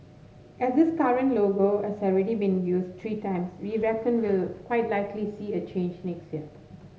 as this current logo has already been used three times we reckon we'll quite likely see a change next year